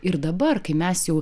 ir dabar kai mes jau